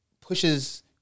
pushes